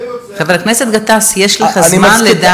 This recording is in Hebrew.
זה נושא, חבר הכנסת גטאס, יש לך זמן לדעה